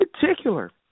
particular